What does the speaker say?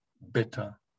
better